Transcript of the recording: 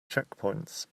checkpoints